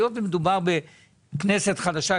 היות ומדובר בכנסת חדשה,